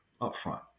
upfront